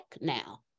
now